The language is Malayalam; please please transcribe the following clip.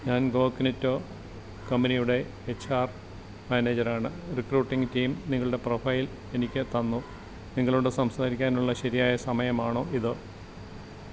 ഞാൻ കോഗ്നിറ്റോ കമ്പനിയുടെ എച്ച് ആര് മാനേജർ ആണ് റിക്രൂട്ടിങ്ങ് ടീം നിങ്ങളുടെ പ്രൊഫൈൽ എനിക്ക് തന്നു നിങ്ങളോട് സംസാരിക്കാനുള്ള ശരിയായ സമയമാണോ ഇത്